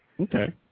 Okay